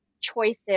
choices